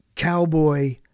Cowboy